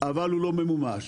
אבל הוא לא ממומש.